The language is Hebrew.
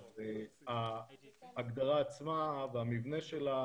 ההגדרה עצמה והמבנה שלה,